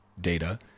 data